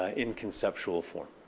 ah in conceptual form.